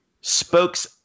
Spokes